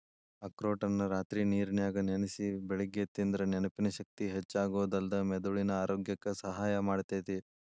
ಅಖ್ರೋಟನ್ನ ರಾತ್ರಿ ನೇರನ್ಯಾಗ ನೆನಸಿ ಬೆಳಿಗ್ಗೆ ತಿಂದ್ರ ನೆನಪಿನ ಶಕ್ತಿ ಹೆಚ್ಚಾಗೋದಲ್ದ ಮೆದುಳಿನ ಆರೋಗ್ಯಕ್ಕ ಸಹಾಯ ಮಾಡ್ತೇತಿ